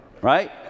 Right